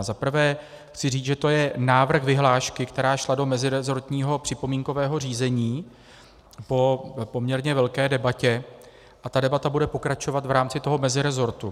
Za prvé chci říct, že to je návrh vyhlášky, která šla do meziresortního připomínkového řízení po poměrně velké debatě, a ta debata bude pokračovat v rámci meziresortu.